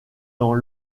dans